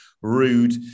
Rude